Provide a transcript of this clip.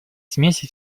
смеси